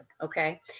Okay